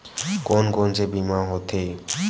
कोन कोन से बीमा होथे?